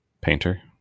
painter